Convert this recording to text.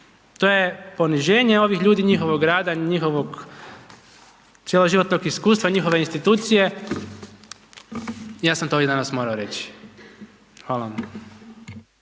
To je poniženje ovih ljudi i njihovog rada, njihovog cjeloživotnog iskustva i njihove institucije. Ja sam to ovdje danas morao reći. Hvala vam.